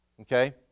Okay